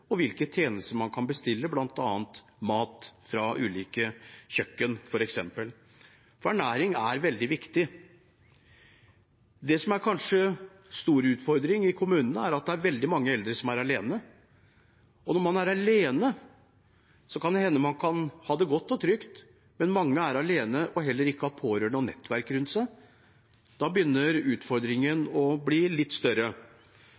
og hvilke tjenester man kan bestille, bl.a. mat fra ulike kjøkken – for ernæring er veldig viktig. Det som kanskje er en stor utfordring i kommunene, er at det er veldig mange eldre som er alene. Når man er alene, kan det hende man kan ha det godt og trygt, men mange som er alene, har heller ikke pårørende og nettverk rundt seg. Da begynner utfordringen å bli litt større.